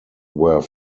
were